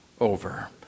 over